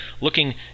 looking